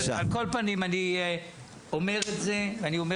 על כל פנים אני אומר את זה ואני אומר